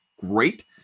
Great